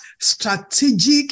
strategic